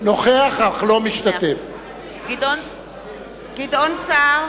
בהצבעה גדעון סער,